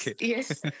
yes